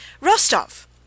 Rostov